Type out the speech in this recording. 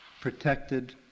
protected